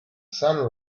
sun